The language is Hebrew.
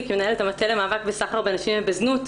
כמנהלת המטה למאבק בסחר בנשים ובזנות,